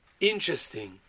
interesting